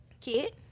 Kid